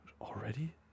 Already